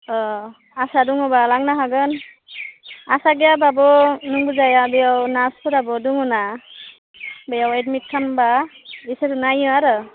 अ आसा दङब्ला लांनो हागोन आसा गैयाब्लाबो मोनबो जाया बेयाव नार्सफोराबो दङना बेयाव एडमिट खालामब्ला इसोर नायो आरो